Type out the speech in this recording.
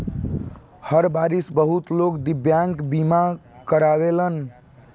हर बारिस बहुत लोग दिव्यांग बीमा करावेलन